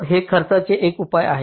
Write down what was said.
हे खर्चाचे एक उपाय आहे